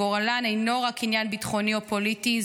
גורלן אינו רק עניין ביטחוני או פוליטי.